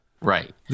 Right